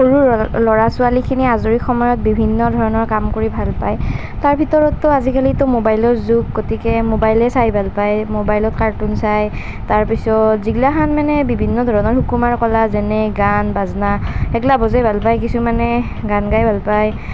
সৰু ল ল'ৰা ছোৱালীখিনিয়ে আজৰি সময়ত বিভিন্ন ধৰণৰ কাম কৰি ভাল পায় তাৰ ভিতৰতটো আজিকালিতো মোবাইলৰ যুগ গতিকে মোবাইলে চাই ভাল পায় মোবাইলত কাৰ্টুন চাই তাৰ পিছত যিগিলাখান মানে বিভিন্ন ধৰণৰ সুকুমাৰ কলা যেনে গান বাজনা সেইগিলা বজাই ভাল পায় কিছুমানে গান গাই ভাল পায়